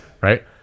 Right